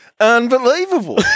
unbelievable